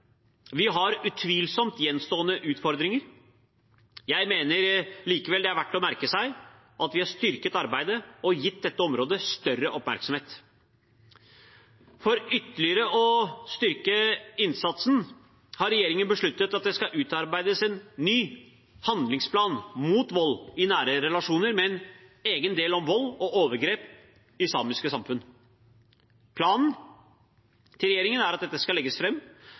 Vi har utvilsomt gjenstående utfordringer. Jeg mener likevel det er verdt å merke seg at vi har styrket arbeidet og gitt dette området større oppmerksomhet. For ytterligere å styrke innsatsen har regjeringen besluttet at det skal utarbeides en ny handlingsplan mot vold i nære relasjoner med en egen del om vold og overgrep i samiske samfunn. Planen skal legges fram i juni 2021. Den skal